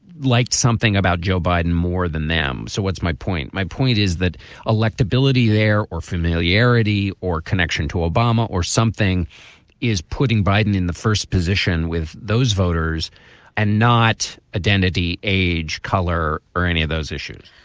liked something about joe biden more than them. so what's my point? my point is that electability there or familiarity or connection to obama or something something is putting biden in the first position with those voters and not identity, age, color or any of those issues.